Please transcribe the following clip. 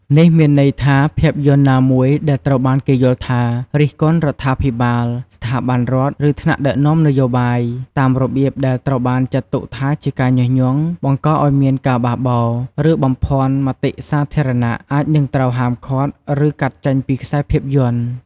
នេះមានន័យថា ភាពយន្តណាមួយដែលត្រូវបានគេយល់ថា រិះគន់រដ្ឋាភិបាល ស្ថាប័នរដ្ឋ ឬថ្នាក់ដឹកនាំនយោបាយ តាមរបៀបដែលត្រូវបានចាត់ទុកថាជាការញុះញង់ បង្កឲ្យមានការបះបោរ ឬបំភាន់មតិសាធារណៈ អាចនឹងត្រូវហាមឃាត់ ឬកាត់ចេញពីខ្សែភាពយន្ត។